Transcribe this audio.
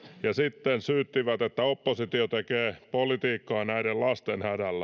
ja sitten syyttivät että oppositio tekee politiikkaa näiden lasten hädällä ei